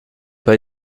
pas